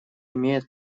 имеет